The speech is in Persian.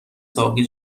ساقی